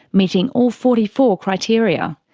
meeting all forty four criteria.